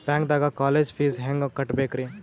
ಬ್ಯಾಂಕ್ದಾಗ college fees ಹೆಂಗ್ ಕಟ್ಟ್ಬೇಕ್ರಿ?